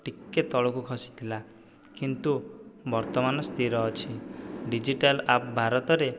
ଟିକିଏ ତଳକୁ ଖସିଥିଲା କିନ୍ତୁ ବର୍ତ୍ତମାନ ସ୍ଥିର ଅଛି ଡିଜିଟାଲ୍ ଆପ୍ ଭାରତରେ